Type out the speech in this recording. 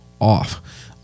off